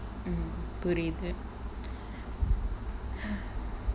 mm புரியுது:puriyuthu